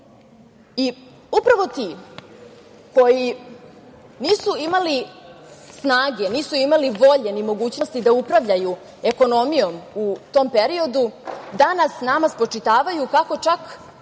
tome. Upravo ti koji nisu imali snage, nisu imali volje, ni mogućnosti da upravljaju ekonomijom u tom periodu, danas nama spočitavaju kako čak